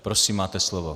Prosím, máte slovo.